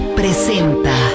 presenta